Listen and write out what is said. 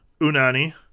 Unani